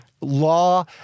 Law